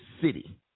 city